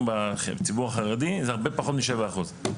בציבור החרדי זה הרבה פחות משבעה אחוז,